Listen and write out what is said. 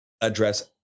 address